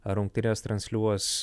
rungtynes transliuos